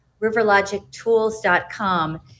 riverlogictools.com